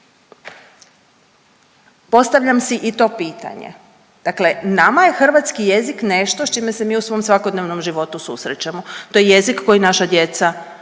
Postavljam si i to pitanje, dakle nama je hrvatski jezik nešto s čime se mi u svom svakodnevnom životu susrećemo, to je jezik koji naša djeca uče